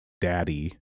daddy